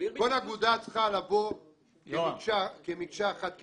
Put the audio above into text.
כל אגודה צריכה לבוא כמקשה אחת,